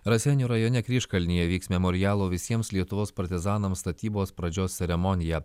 raseinių rajone kryžkalnyje vyks memorialo visiems lietuvos partizanams statybos pradžios ceremonija